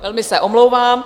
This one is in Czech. Velmi se omlouvám.